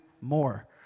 more